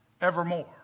evermore